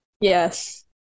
Yes